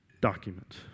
document